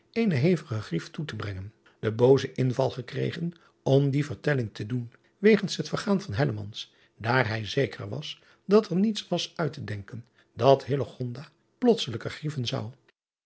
eenen hevigen grief toe te brengen den boozen inval gekregen om die vertelling te doen wegens het vergaan van daar hij zeker was dat er niets was uit te denken dat plotselijker grieven zou